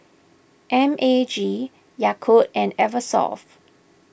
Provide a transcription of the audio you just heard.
M A G Yakult and Eversoft